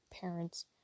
parents